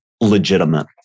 legitimate